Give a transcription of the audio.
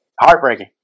Heartbreaking